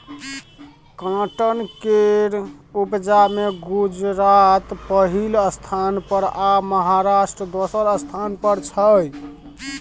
cotton केर उपजा मे गुजरात पहिल स्थान पर आ महाराष्ट्र दोसर स्थान पर छै